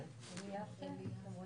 איננו.